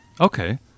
okay